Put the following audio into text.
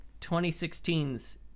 2016's